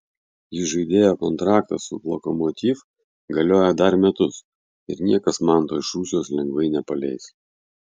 įžaidėjo kontraktas su lokomotiv galioja dar metus ir niekas manto iš rusijos lengvai nepaleis